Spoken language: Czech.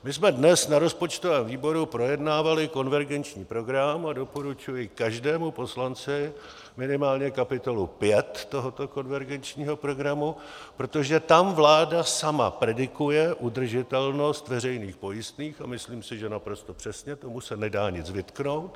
My jsme dnes na rozpočtovém výboru projednávali konvergenční program a doporučuji každému poslanci minimálně kapitolu 5 tohoto konvergenčního programu, protože tam vláda sama predikuje udržitelnost veřejných pojistných a myslím si, že naprosto přesně, tomu se nedá nic vytknout.